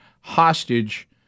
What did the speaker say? hostage